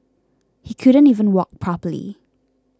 he couldn't even walk properly